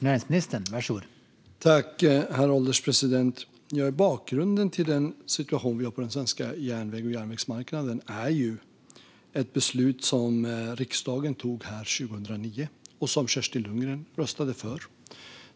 Herr ålderspresident! Bakgrunden till den situation som vi har på den svenska järnvägsmarknaden är ett beslut som riksdagen tog 2009 och som Kerstin Lundgren röstade för.